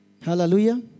Hallelujah